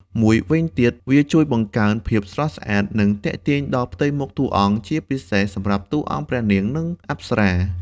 មួយវិញទៀតវាជួយបង្កើនភាពស្រស់ស្អាត និងទាក់ទាញ ដល់ផ្ទៃមុខតួអង្គ ជាពិសេសសម្រាប់តួអង្គព្រះនាង និងអប្សរា។